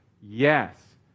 Yes